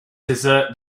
desert